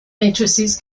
matrices